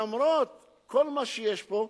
למרות כל מה שיש פה,